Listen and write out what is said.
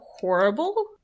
horrible